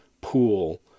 pool